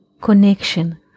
connection